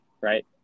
right